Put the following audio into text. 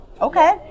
okay